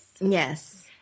Yes